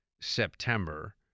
September